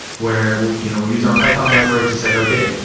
where you know we use our python libraries to say, okay,